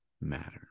matter